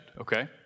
okay